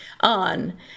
on